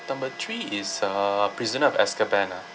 number three is uh prisoner of azkaban ah